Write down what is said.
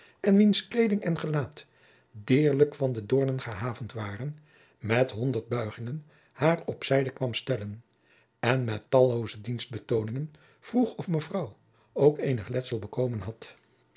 en wiens kleeding en gelaat deerlijk van de doornen gehavend waren met honderd buigingen haar op zijde kwam snellen en met tallooze dienst betooningen vroeg of mevrouw ook eenig letsel bekomen had